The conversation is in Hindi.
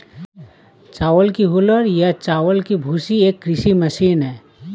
चावल की हूलर या चावल की भूसी एक कृषि मशीन है